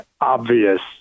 obvious